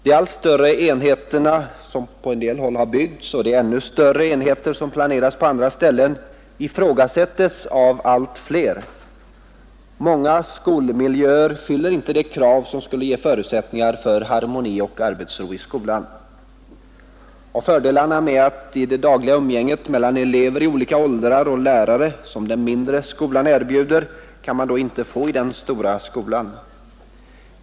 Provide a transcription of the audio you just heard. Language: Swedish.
De allt större enheter som på en del håll har byggts och de ännu större enheter som planeras på andra ställen ifrågasättes av allt fler. Många skolmiljöer fyller inte de krav som skulle ge förutsättningar för harmoni och arbetsro i skolan. Fördelarna i det dagliga umgänget mellan elever i olika åldrar och lärare som den mindre skolan erbjuder kan inte fås i den stora skolan.